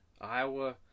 Iowa